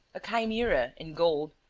a chimera in gold,